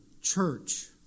church